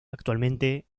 actualmente